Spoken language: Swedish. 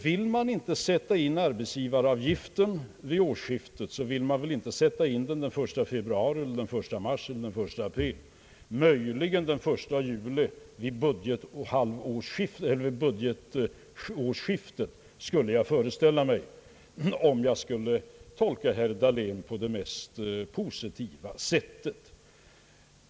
Vill man inte sätta in avgiften vid årsskiftet så vill man väl inte heller göra det den 1 februari, 1 mars eller 1 april — möjligen den 1 juli vid budgetårsskiftet, skulle jag föreställa mig, om jag tolkar herr Dahlén på det mest positiva sättet.